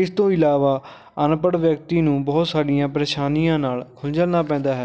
ਇਸ ਤੋਂ ਇਲਾਵਾ ਅਨਪੜ੍ਹ ਵਿਅਕਤੀ ਨੂੰ ਬਹੁਤ ਸਾਰੀਆਂ ਪਰੇਸ਼ਾਨੀਆਂ ਨਾਲ ਖੁੰਜਰਨਾ ਪੈਂਦਾ ਹੈ